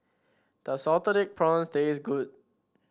does Salted Egg Prawns taste good